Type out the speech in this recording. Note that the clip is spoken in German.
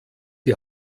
die